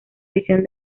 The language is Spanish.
visión